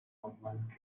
roman